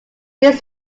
these